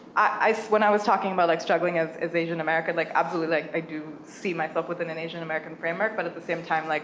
so when i was talking about like struggling as as asian american, like absolutely, like i do see myself within an asian american framework, but at the same time, like,